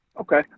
Okay